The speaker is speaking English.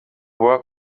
work